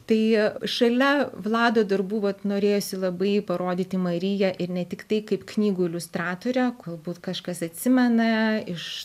tai šalia vlado darbų vat norėjosi labai parodyti mariją ir ne tiktai kaip knygų iliustratorę galbūt kažkas atsimena iš